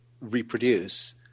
reproduce